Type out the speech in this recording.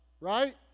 right